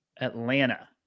Atlanta